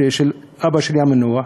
של אבא שלי המנוח,